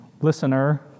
listener